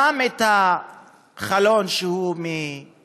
גם אם החלון הוא מזכוכית,